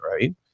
right